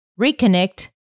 reconnect